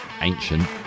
ancient